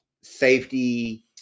safety